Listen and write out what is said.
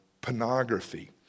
pornography